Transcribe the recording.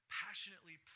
passionately